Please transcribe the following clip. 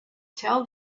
tell